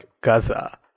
Gaza